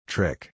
Trick